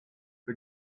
the